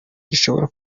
gishobora